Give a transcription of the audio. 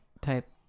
type